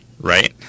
right